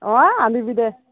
অঁ আনিবি দে